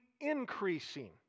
increasing